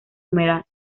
humedad